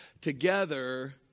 together